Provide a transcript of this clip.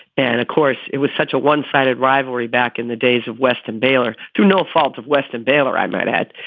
and of course, it was such a one sided rivalry back in the days of western baylor through no fault of western baylor, i might add.